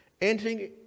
entering